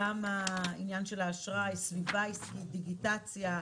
גם העניין של האשראי, סביבה עסקית,